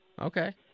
Okay